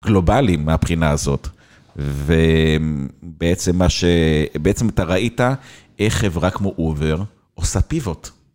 גלובליים מהבחינה הזאת ובעצם מה ש... בעצם אתה ראית איך חברה כמו Uber עושה פיבוט.